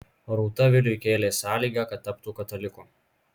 rūta viliui kėlė sąlygą kad taptų kataliku